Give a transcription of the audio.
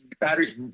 batteries